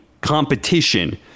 competition